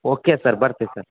okay sir ಬರ್ತಿವಿ sir